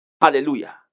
Hallelujah